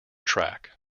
track